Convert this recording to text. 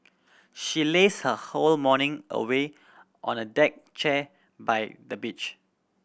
she lazed her whole morning away on a deck chair by the beach